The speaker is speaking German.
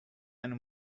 eine